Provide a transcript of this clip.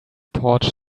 porch